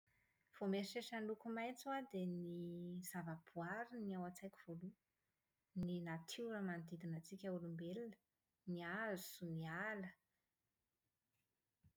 Vao mieritreritra ny loko maitso aho dia ny zavaboary ny ao an-tsaiko voaloha. Ny natiora manodidina antsika olombelona, ny hazo, ny ala.